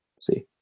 see